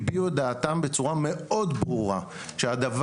הביעו את דעתם בצורה ברורה מאוד שהדבר